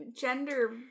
gender